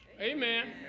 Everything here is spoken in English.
Amen